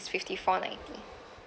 fifty four ninety